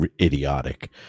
idiotic